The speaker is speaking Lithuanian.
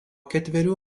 ketverių